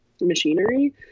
machinery